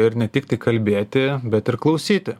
ir ne tik kalbėti bet ir klausyti